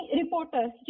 reporters